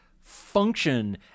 function